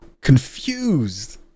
confused